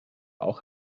auch